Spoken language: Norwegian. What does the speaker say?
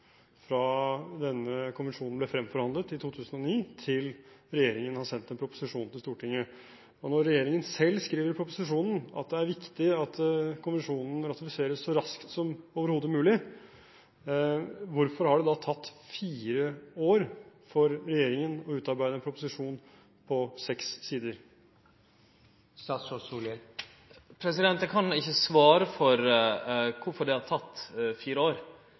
fra denne konvensjonen ble fremforhandlet i 2009, til regjeringen har sendt en proposisjon til Stortinget. Når regjeringen selv skriver i proposisjonen at det er viktig at konvensjonen ratifiseres så raskt som overhodet mulig, hvorfor har det da tatt fire år for regjeringen å utarbeide en proposisjon på seks sider? Eg kan ikkje svare for korfor det har tatt fire år.